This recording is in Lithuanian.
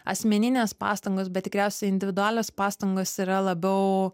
asmeninės pastangos bet tikriausiai individualios pastangos yra labiau